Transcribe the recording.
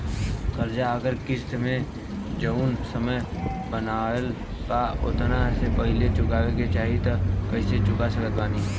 कर्जा अगर किश्त मे जऊन समय बनहाएल बा ओतना से पहिले चुकावे के चाहीं त कइसे चुका सकत बानी?